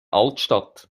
altstadt